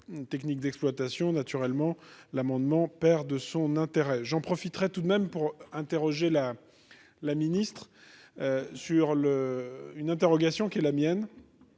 techniques d'exploitation naturellement l'amendement perd de son intérêt, j'en profiterai tout de même pour interroger la la ministre sur le une interrogation qui est la mienne,